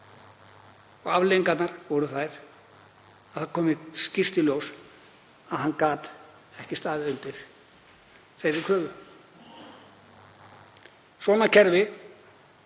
Afleiðingarnar voru þær, það kom skýrt í ljós, að hann gat ekki staðið undir þeirri kröfu. Svona kerfi